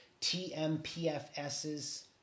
TMPFSs